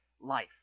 life